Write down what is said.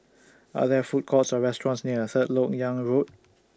Are There Food Courts Or restaurants near Third Lok Yang Road